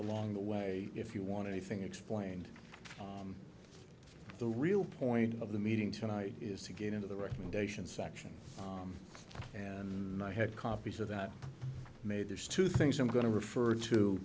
along the way if you want anything explained the real point of the meeting tonight is to get into the recommendations section and i had copies of that made there's two things i'm going to refer t